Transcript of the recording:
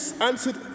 answered